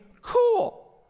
cool